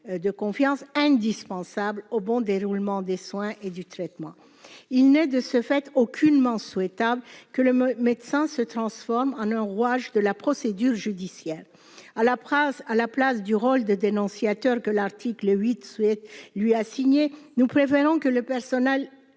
de confiance indispensable au bon déroulement des soins et du traitement, il n'est de ce fait aucunement souhaitable que le médecin se transforme en un rouage de la procédure judiciaire à la presse à la place du rôle des dénonciateurs que l'article 8, souhaite, lui, a signé, nous préférons que le personnel